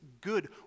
good